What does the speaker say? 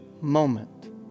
moment